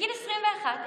בגיל 21,